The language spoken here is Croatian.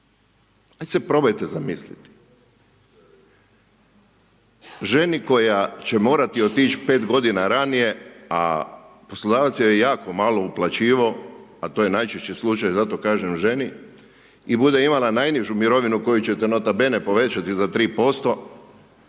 Ajde se probajte zamisliti. Ženi koja će morati otići 5 godina ranije, a poslodavac joj je jako malo uplaćivao, a to je najčešći slučaj, zato kažem ženi i bude imala najnižu mirovinu koju ćete nota bene povećati za 3%,